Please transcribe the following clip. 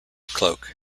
cloak